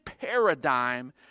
paradigm